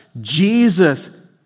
Jesus